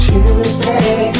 Tuesday